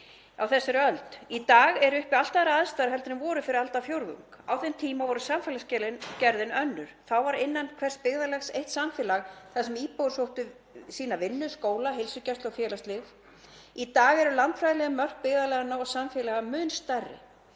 þessari öld? Í dag eru uppi allt aðrar aðstæður en voru fyrir aldarfjórðungi. Á þeim tíma var samfélagsgerðin allt önnur. Þá var innan hvers byggðarlags eitt samfélag þar sem íbúar sóttu sína vinnu, skóla, heilsugæslu og félagslíf. Í dag eru landfræðileg mörk byggðarlaganna og samfélaga mun stærri.